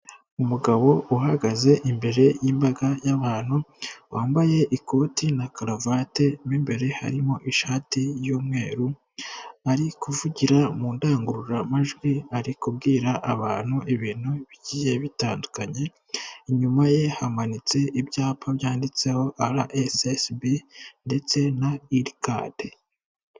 Umugabo uhagaze imbere y'imbaga y'abantu, wambaye ikoti na karuvati' mo imbere harimo ishati y'umweru, ari kuvugira mu ndangururamajwi ari kubwira abantu ibintu bigiye bitandukanye, inyuma ye hamanitse ibyapa byanditseho arasesibi ndetse na irikadi.